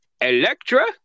Electra